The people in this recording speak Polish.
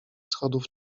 schodów